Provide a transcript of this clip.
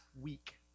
week